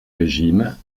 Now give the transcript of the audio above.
régime